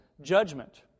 judgment